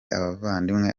abavandimwe